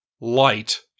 light